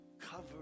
cover